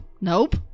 Nope